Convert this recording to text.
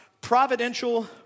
providential